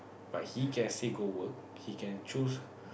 but he can still go work he can choose